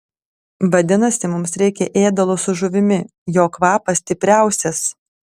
vadinasi mums reikia ėdalo su žuvimi jo kvapas stipriausias